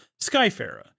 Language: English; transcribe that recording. Skyfarer